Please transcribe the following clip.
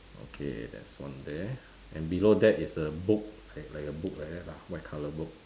okay that's one there and below that is a book like like a book like that lah white colour book